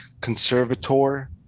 Conservator